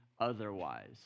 otherwise